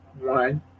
one